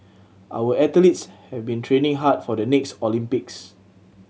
our athletes have been training hard for the next Olympics